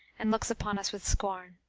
and looks upon us with scorn.